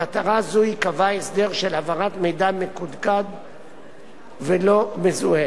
למטרה זו ייקבע הסדר של העברת מידע מקודד ולא מזוהה,